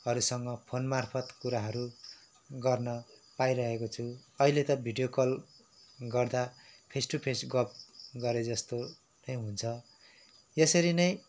हरूसँग फोनमार्फत कुराहरू गर्न पाइरहेको छु अहिले त भिडियो कल गर्दा फेस टु फेस गफ गरेजस्तो नै हुन्छ यसरी नै